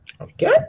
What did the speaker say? okay